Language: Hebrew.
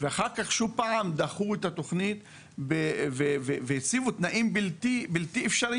ואחר כך עוד פעם דחו את התוכנית והציבו תנאים בלתי אפשריים.